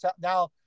now